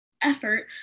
effort